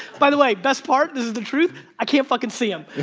by the way, best part, this is the truth, i can't fucking see him.